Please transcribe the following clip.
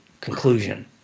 conclusion